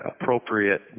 appropriate